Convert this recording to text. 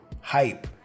hype